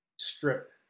strip